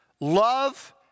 love